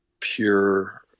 pure